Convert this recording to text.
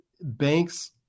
Banks